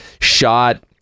Shot